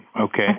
okay